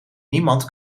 niemand